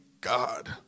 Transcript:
God